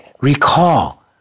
recall